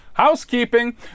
housekeeping